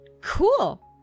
Cool